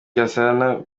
gasana